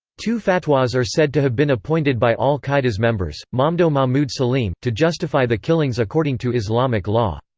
two fatwas are said to have been appointed by al-qaeda's members, mamdouh mahmud salim, to justify the killings according to islamic law.